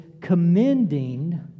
commending